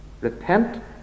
Repent